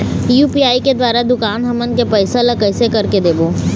UPI के द्वारा दुकान हमन के पैसा ला कैसे कर के देबो?